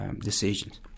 decisions